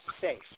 safe